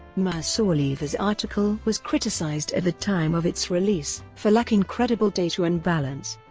mursaliyeva's article was criticised at the time of its release for lacking credible data and balance.